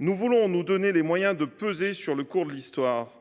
Nous voulons nous donner les moyens de peser sur le cours de l’Histoire :